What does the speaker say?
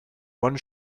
one